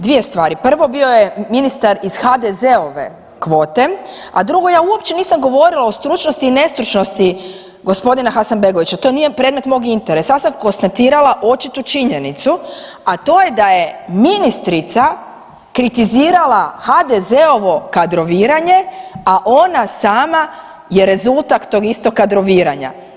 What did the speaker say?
Dvije stvari, prvo bio je ministar iz HDZ-ove kvote, a druge ja uopće nisam govorila o stručnosti i nestručnosti gospodina Hasanbegovića, to nije predmet mog interesa, ja sam konstatirala očitu činjenicu, a to je da je ministrica kritizirala HDZ-ovo kadroviranje, a ona sama je rezultat tog istog kadroviranja.